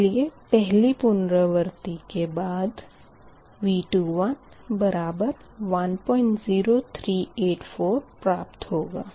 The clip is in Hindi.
इसलिए पहली पुनरावर्ती के बाद V2 10384 प्राप्त होगा